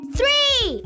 Three